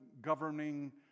governing